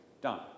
Done